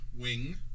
wing